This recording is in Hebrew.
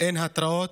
אין התרעות,